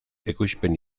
ekoizpen